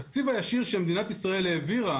וגם התקציב הישיר שמדינת ישראל העבירה